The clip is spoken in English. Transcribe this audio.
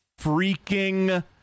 freaking